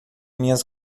minhas